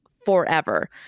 forever